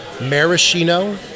Maraschino